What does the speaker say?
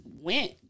went